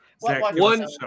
One